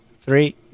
three